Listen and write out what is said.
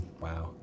Wow